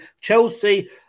Chelsea